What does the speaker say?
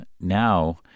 now